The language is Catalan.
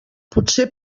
potser